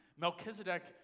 Melchizedek